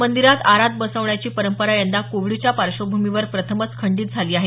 मंदिरात आराध बसण्याची परंपरा यंदा कोविडच्या पार्श्वभूमीवर प्रथमच खंडित झाली आहे